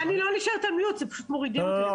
אני לא נשארת על מיוט, פשוט מורידים אותי.